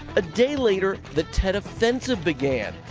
a day later the tet offensive began.